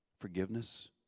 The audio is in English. Forgiveness